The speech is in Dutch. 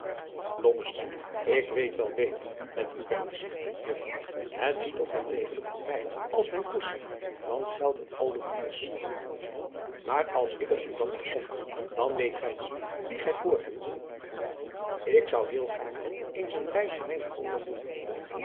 ik weet wel beter met uw permissie juffrouw het ziet ook wel degelijk op mij als men koest zegt dan geldt het al de hoenders maar als ik het u dan mag zeggen dan weet gij niet wie gij voor hebt ik zou heel gaarne eens een reisje meê naar groenland doen